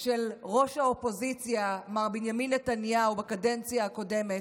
של ראש האופוזיציה מר בנימין נתניהו בקדנציה הקודמת,